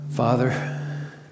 Father